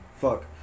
fuck